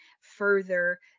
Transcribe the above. further